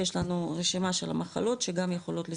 יש לנו רשימה של מחלות שגם יכולות.